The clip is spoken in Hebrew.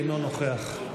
אינו נוכח,